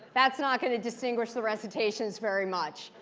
that's not going to distinguish the recitations very much.